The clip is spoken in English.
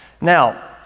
Now